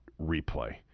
replay